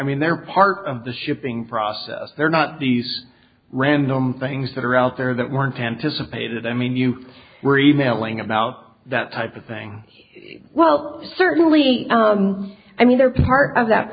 mean they're part of the shipping process they're not these random things that are out there that weren't anticipated i mean you were e mailing about that type of thing well certainly i mean they're part of that